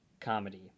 comedy